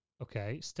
Okay